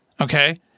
Okay